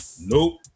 nope